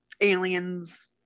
aliens